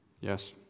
Yes